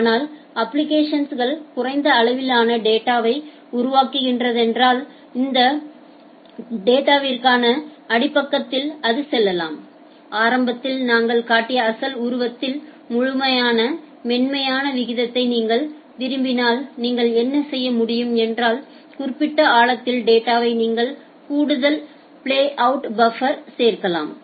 ஆனால் அப்ளிகேஷன்கள் குறைந்த அளவிலான டேட்டாவை உருவாக்குகிறதென்றால் இந்த டேட்டாவிற்கான அடிப்பக்கத்தில் அது செல்லலாம் ஆரம்பத்தில் நாங்கள் காட்டிய அசல் உருவத்தின் முழுமையான மென்மையான விகிதத்தை நீங்கள் விரும்பினால் நீங்கள் என்ன செய்ய முடியும் என்றாள் குறிப்பிட்ட ஆழத்தில் டேட்டா நீங்கள் கூடுதல் பிளேஅவுட் பஃப்பர் யை சேர்க்கலாம்